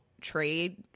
trade